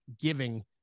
giving